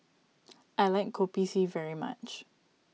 I like Kopi C very much